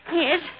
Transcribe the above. yes